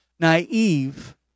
naive